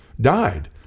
died